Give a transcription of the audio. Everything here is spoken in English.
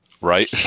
Right